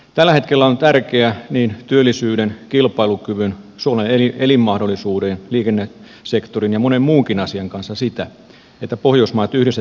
tällä hetkellä on tärkeää niin työllisyyden kilpailukyvyn suomen elinmahdollisuuksien ja liikennesektorin kuin monen muunkin asian kannalta se että pohjoismaat yhdessä tiivistävät edunvalvontaansa eussa